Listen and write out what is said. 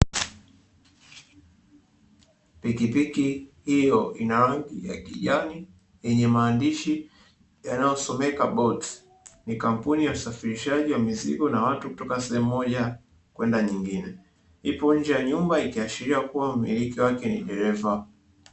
Pikipiki hiyo ya kijani yenye maandishi yanayosomeka bolti, ni kampuni ya usafirishaji wa mizigo na watu kutoka sehemu moja kwenda sehemu nyingine, ipo nje ya nyumba ikiashiria kuwa mmiliki wake ni dereva.